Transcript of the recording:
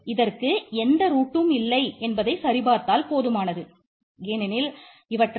இதற்கு ரூட்